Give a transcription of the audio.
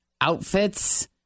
outfits